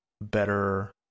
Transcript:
better